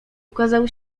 ukazał